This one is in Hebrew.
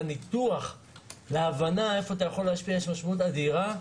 לניתוח ולהבנה איפה אתה יכול להשפיע יש משמעות אדירה.